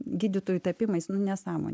gydytojų tapimais nu nesąmonė